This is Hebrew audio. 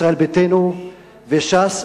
ישראל ביתנו וש"ס,